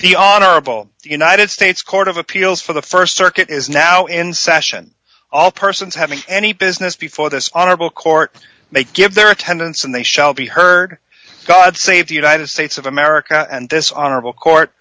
the honorable united states court of appeals for the st circuit is now in session all persons having any business before this honorable court may give their attendance and they shall be heard god save the united states of america and this honorable court